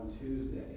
Tuesday